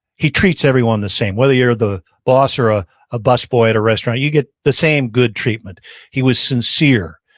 he treats everyone the same, whether you're the boss or a ah busboy at the restaurant, you get the same good treatment he was sincere.